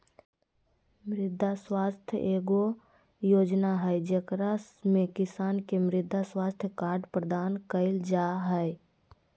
मृदा स्वास्थ्य एगो योजना हइ, जेकरा में किसान के मृदा स्वास्थ्य कार्ड प्रदान कइल जा हइ